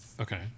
Okay